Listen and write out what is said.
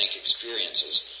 experiences